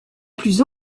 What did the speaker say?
plus